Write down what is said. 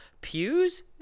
pews